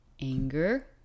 anger